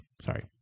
Sorry